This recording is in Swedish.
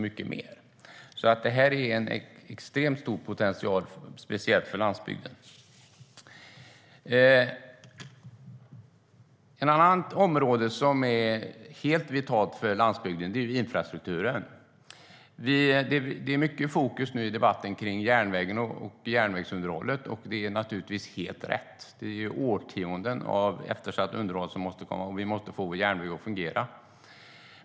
Här finns en extremt stor potential, speciellt för landsbygden. Ett annat område som är helt vitalt för landsbygden är infrastrukturen. I debatten fokuseras nu mycket på järnvägen och järnvägsunderhållet. Det är naturligtvis helt rätt efter årtionden av eftersatt underhåll. Vi måste få vår järnväg att fungera.